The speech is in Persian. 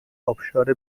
آبشار